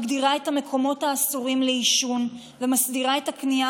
מגדירה את המקומות האסורים לעישון ומסדירה את הקנייה